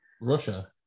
Russia